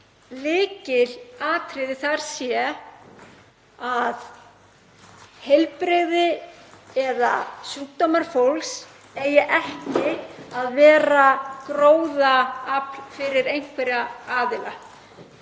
við hugsum hana, að heilbrigði eða sjúkdómar fólks eigi ekki að vera gróðaafl fyrir einhverja aðila.